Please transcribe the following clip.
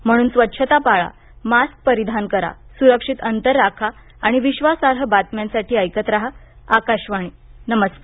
म्हणून स्वच्छता पाळा मास्क परिधान करा सुरक्षित अंतर राखा आणि विश्वासार्ह बातम्यांसाठी ऐकत राहा आकाशवाणी नमस्कार